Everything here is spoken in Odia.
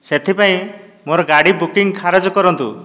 ସେଥିପାଇଁ ମୋର ଗାଡ଼ି ବୁକିଂ ଖାରଜ କରନ୍ତୁ